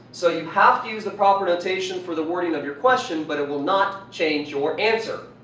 so you have to use the proper notation for the wording of your question but it will not change your answer.